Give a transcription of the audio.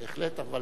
בהחלט, אבל